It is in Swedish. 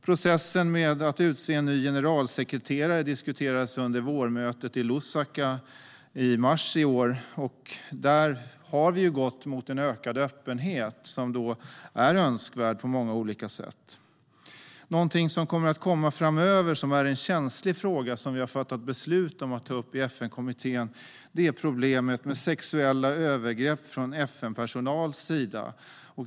Processen med att utse en ny generalsekreterare diskuterades under vårmötet i Lusaka i mars i år. Där har man gått mot en ökad öppenhet som är önskvärd på många olika sätt. Någonting som blir aktuellt framöver och som är en känslig fråga men som vi har fattat beslut om att ta upp i FN-kommittén är problemet med sexuella övergrepp från FN-personal.